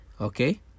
Okay